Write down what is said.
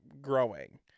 growing